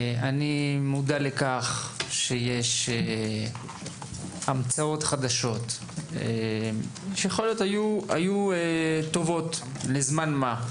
אני מודע לכך שיש המצאות חדשות שיכול להיות שהיו טובות לזמן מה,